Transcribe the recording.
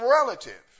relative